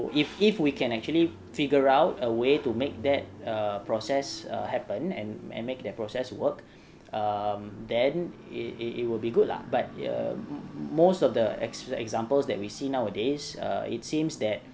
if if we can actually figure out a way to make that err process err happen and and make their process work um then it it will be good lah but uh most of the ex~ the examples that we see nowadays it seems that